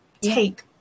take